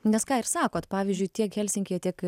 nes ką ir sakot pavyzdžiui tiek helsinkyje tiek